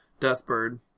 Deathbird